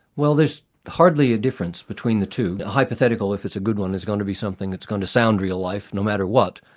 well there's hardly a difference between the two. hypothetical, if it's a good one there's going to be something that's going to sound real life no matter what.